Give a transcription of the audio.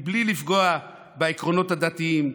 בלי לפגוע בעקרונות הדתיים,